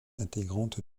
intégrante